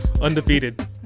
Undefeated